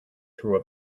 through